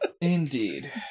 Indeed